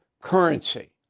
currency